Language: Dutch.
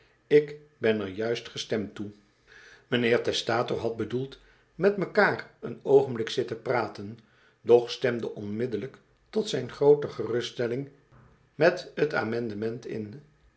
ik ben er juist gestemd toe mijnheer testator had bedoeld met mekaar een oogenblikje zitten praten doch stemde onmiddellijk tot zijn groote geruststelling met t amendement in